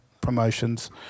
promotions